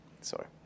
Sorry